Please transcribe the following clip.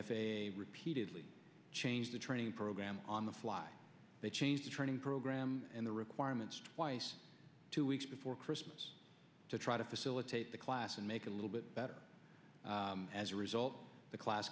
a repeatedly changed the training program on the fly they changed the training program and the requirements twice two weeks before christmas to try to facilitate the class and make a little bit better as a result the class